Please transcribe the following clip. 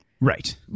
right